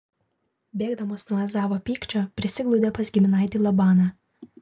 bėgdamas nuo ezavo pykčio prisiglaudė pas giminaitį labaną